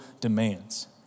demands